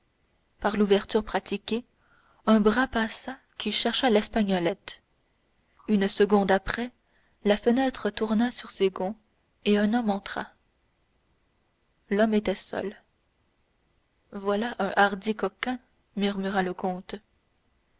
par l'ouverture pratiquée un bras passa qui chercha l'espagnolette une seconde après la fenêtre tourna sur ses gonds et un homme entra l'homme était seul voilà un hardi coquin murmura le comte